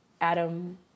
Adam